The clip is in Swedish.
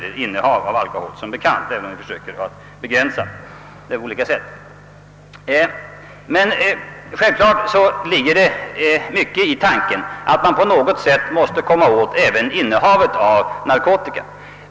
En annan sak är att vi försöker begränsa alkoholförbrukningen på olika sätt. Självklart är det riktigt att man på något sätt måste komma åt den som innehar narkotika.